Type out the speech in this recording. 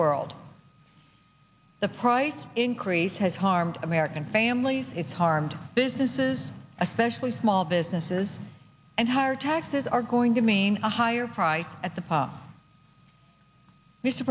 world the price increase has harmed american families it's harmed businesses especially small businesses and higher taxes are going to mean a higher price at the